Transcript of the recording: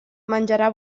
menjarà